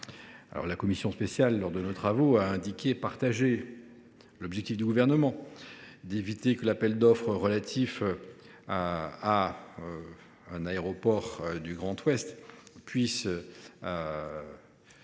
La commission spéciale, lors de nos travaux, a indiqué souscrire à l’objectif du Gouvernement d’éviter que l’appel d’offres relatif à un aéroport du Grand Ouest – car